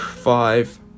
five